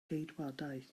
geidwadaeth